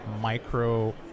micro